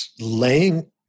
laying